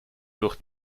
durch